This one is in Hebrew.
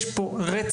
יש פה רצף,